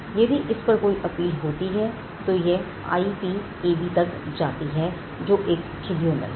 यदि इस पर कोई अपील होती है तो यह आईपीएबी जाती है जो एक ट्रिब्यूनल है